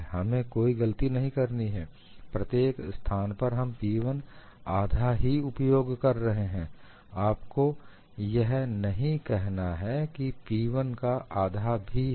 हमें कोई गलती नहीं करनी है प्रत्येक स्थान पर हम P1 आधा ही उपयोग कर रहे हैं आपको यह नहीं कहना है कि यह P1 का आधा भी है